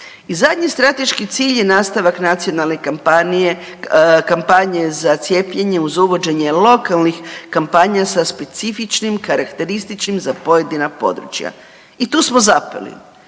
I zadnji strateški cilj je nastavak nacionalne kampanje za cijepljenje uz uvođenje lokalnih kampanja sa specifičnim karakterističnim za pojedina područja. I tu smo zapeli